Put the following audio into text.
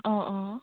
অঁ অঁ